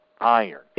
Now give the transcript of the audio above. Iron